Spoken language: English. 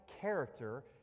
character